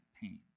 pain